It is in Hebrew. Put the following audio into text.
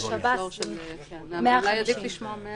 אולי אפשר לשמוע מהם.